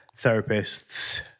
therapists